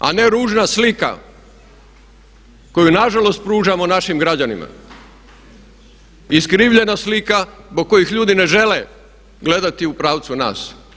A ne ružna slika koju nažalost pružamo našim građanima, iskrivljena slika zbog koje ljudi ne žele gledati u pravcu nas.